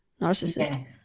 narcissist